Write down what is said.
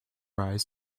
rise